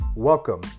Welcome